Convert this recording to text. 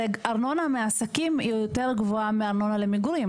הרי ארנונה מעסקים היא יותר גבוהה מארנונה למגורים